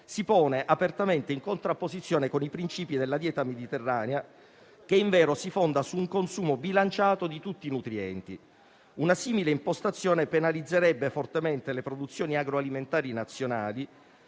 si pone apertamente in contrapposizione con i principi della dieta mediterranea, che invero si fonda su un consumo bilanciato di tutti i nutrienti. Una simile impostazione penalizzerebbe fortemente le produzioni agroalimentari nazionali,